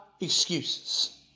excuses